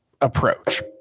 approach